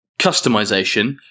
customization